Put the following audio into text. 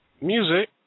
music